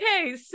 okay